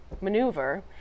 maneuver